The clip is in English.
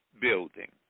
building